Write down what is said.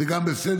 זה גם בסדר,